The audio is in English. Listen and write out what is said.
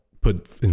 put